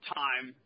time